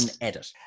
edit